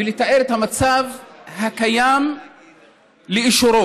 לתאר את המצב הקיים לאשורו.